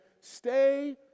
stay